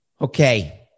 Okay